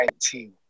2019